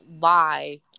lie